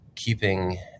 keeping